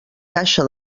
caixa